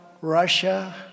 Russia